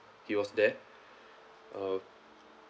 he was there uh